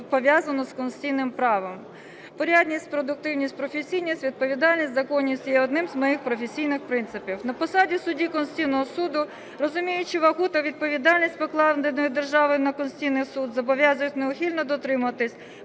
пов'язану з конституційним правом. Порядність, продуктивність, професійність, відповідальність, законність є одним з моїх професійних принципів. На посаді судді Конституційного Суду, розуміючи вагу та відповідальність, покладену державою на Конституційний Суд, зобов'язуюсь неухильно дотримуватися